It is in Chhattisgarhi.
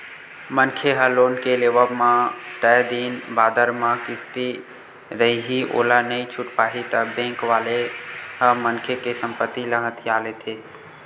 मनखे ह लोन के लेवब म तय दिन बादर म किस्ती रइही ओला नइ छूट पाही ता बेंक वाले ह मनखे के संपत्ति ल हथिया लेथे